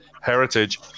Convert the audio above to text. Heritage